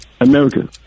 America